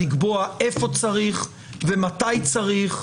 לקבוע איפה צריך ומתי צריך,